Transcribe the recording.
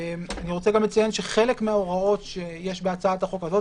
אני רוצה גם לציין שחלק מההוראות שיש בהצעת החוק הזאת